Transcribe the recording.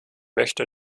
möchte